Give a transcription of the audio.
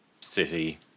city